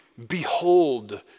behold